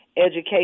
education